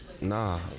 Nah